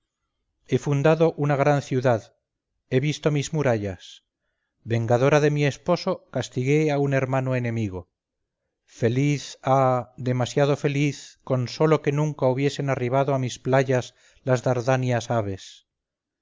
he fundado una gran ciudad he visto mis murallas vengadora de mi esposo castigué a un hermano enemigo feliz ah demasiado feliz con sólo que nunca hubiesen arribado a mis playas las dardanias naves